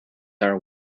are